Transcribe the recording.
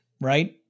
right